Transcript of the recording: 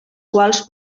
quals